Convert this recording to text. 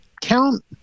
count